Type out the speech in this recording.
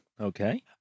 Okay